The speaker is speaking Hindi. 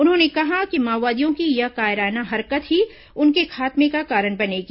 उन्होंने कहा है कि माओवादियों की यह कायराना हरकत ही उनके खात्मे का कारण बनेगी